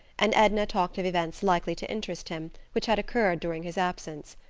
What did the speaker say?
and edna talked of events likely to interest him, which had occurred during his absence.